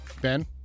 Ben